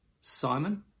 Simon